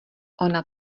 ona